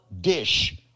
dish